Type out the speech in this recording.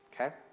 Okay